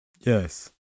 Yes